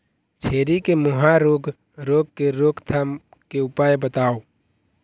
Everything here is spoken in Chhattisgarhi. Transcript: छेरी के मुहा रोग रोग के रोकथाम के उपाय बताव?